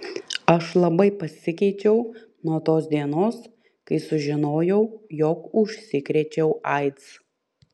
aš labai pasikeičiau nuo tos dienos kai sužinojau jog užsikrėčiau aids